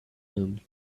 and